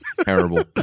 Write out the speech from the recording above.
Terrible